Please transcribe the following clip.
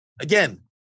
Again